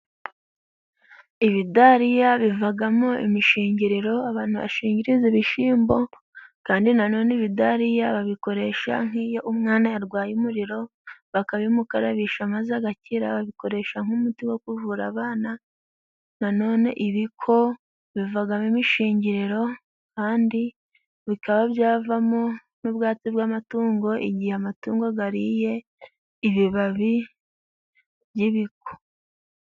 Ibidariya bivagamo imishingiriro abantu bashingiriza ibishimbo, kandi nanone ibidariya babikoresha nk'iyo umwana yarwaye umuriro bakabimukarabisha maze agakira babikoresha nk'umuti wo kuvura abana, nanone ibiko bivagamo imishingiriro kandi bikaba byavamo n'ubwatsi bw'amatungo igihe amatungo gariye ibibabi by'ibiko.